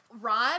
Ron